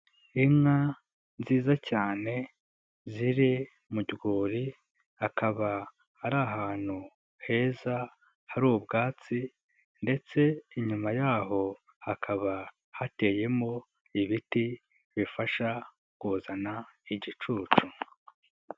Inka nziza cyane ziri mu rwuri, hakaba ari ahantu heza hari ubwatsi ndetse inyuma y'aho hakaba hateyemo ibiti bifasha kuzana igicucu.